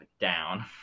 down